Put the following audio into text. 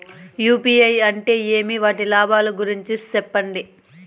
UPI అంటే ఏమి? వాటి లాభాల గురించి సెప్పండి?